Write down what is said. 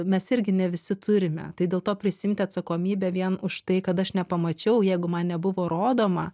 mes irgi ne visi turime tai dėl to prisiimti atsakomybę vien už tai kad aš nepamačiau jeigu man nebuvo rodoma